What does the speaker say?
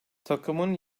takımın